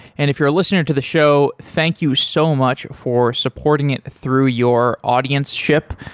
and if you're a listener to the show, thank you so much for supporting it through your audienceship.